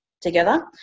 together